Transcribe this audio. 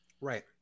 Right